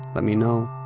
let me know